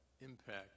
impact